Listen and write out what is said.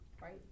Right